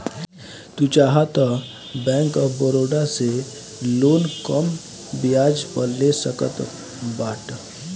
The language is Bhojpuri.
तू चाहअ तअ बैंक ऑफ़ बड़ोदा से लोन कम बियाज पअ ले सकत बाटअ